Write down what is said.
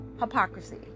hypocrisy